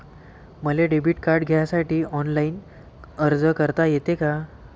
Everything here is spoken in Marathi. मले डेबिट कार्ड घ्यासाठी ऑनलाईन अर्ज करता येते का?